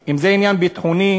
אם זה עניין ביטחוני,